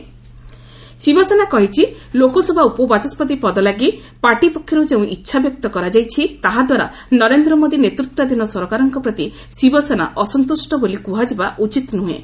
ଶିବସେନା ଶିବସେନା କହିଛି ଲୋକସଭା ଉପବାଚସ୍କତି ପଦ ଦେବାଲାଗି ପାର୍ଟି ପକ୍ଷରୁ ଯେଉଁ ଇଚ୍ଛାବ୍ୟକ୍ତ କରାଯାଇଛି ତାହାଦ୍ୱାରା ନରେନ୍ଦ୍ର ମୋଦି ନେତୃତ୍ୱାଧୀନ ସରକାରଙ୍କ ପ୍ରତି ଶିବସେନା ଅସନ୍ତୁଷ୍ଟ ବୋଲି କୁହାଯିବା ଉଚିତ ନୁହେଁ